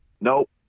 Nope